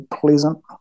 pleasant